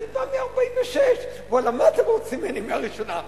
אני בא מה-46, מה אתם רוצים ממני מהראשונה?